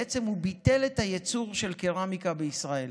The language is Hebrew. בעצם הוא ביטל את היצור של קרמיקה בישראל